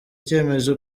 icyemezo